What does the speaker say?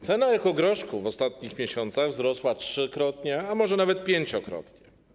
Cena ekogroszku w ostatnich miesiącach wzrosła trzykrotnie, a może nawet pięciokrotnie.